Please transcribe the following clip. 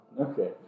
Okay